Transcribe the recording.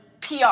PR